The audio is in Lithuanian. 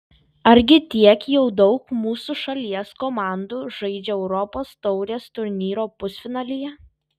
argi tiek jau daug mūsų šalies komandų žaidžia europos taurės turnyro pusfinalyje